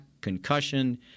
concussion